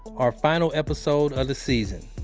our final episode of the season.